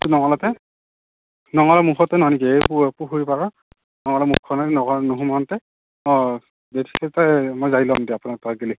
নঙলাতে নঙলা মুখতে নহয় নেকি এই পুখুৰী পাৰৰ নঙলা মুখখনত নুসোমাওতে অ মই যাই লওঁ দিয়ক